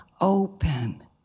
open